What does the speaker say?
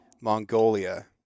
Mongolia